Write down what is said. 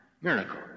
miracle